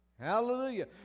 Hallelujah